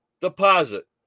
deposit